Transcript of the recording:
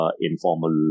informal